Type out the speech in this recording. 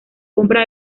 compra